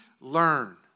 learn